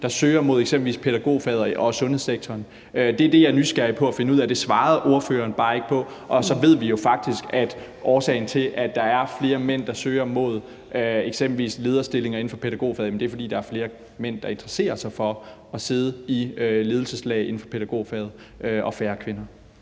der søger mod eksempelvis pædagogfaget og sundhedssektoren. Det er det, jeg er nysgerrig efter at finde ud af, men det svarede ordføreren bare ikke på. Og så ved vi jo faktisk, at årsagen til, at der er flere mænd, der søger mod eksempelvis lederstillinger inden for pædagogfaget, er, at der er flere mænd, der interesserer sig for at sidde i ledelseslag inden for pædagogfaget, og færre kvinder.